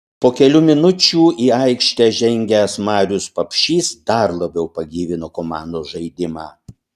po kelių minučių į aikštę žengęs marius papšys dar labiau pagyvino komandos žaidimą